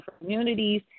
communities